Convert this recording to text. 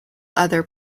other